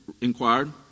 inquired